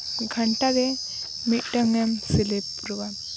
ᱜᱷᱚᱱᱴᱟ ᱨᱮ ᱢᱤᱫᱴᱟᱝ ᱮᱢ ᱥᱤᱞᱟᱹᱭ ᱯᱩᱨᱟᱹᱣᱟ